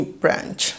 branch